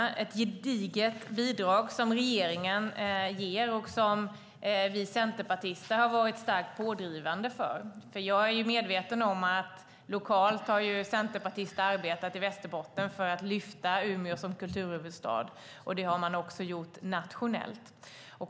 Det är ett gediget bidrag som regeringen ger och som vi centerpartister har varit starkt pådrivande för. Jag är medveten om att centerpartister lokalt i Västerbotten har arbetat för att lyfta Umeå som kulturhuvudstad, och det har man också gjort nationellt.